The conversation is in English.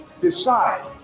decide